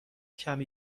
کمی